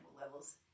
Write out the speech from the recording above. levels